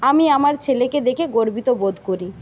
আমি আমার ছেলেকে দেখে গর্বিত বোধ করি